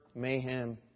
mayhem